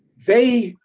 they,